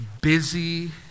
busy